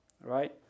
right